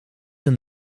een